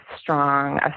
strong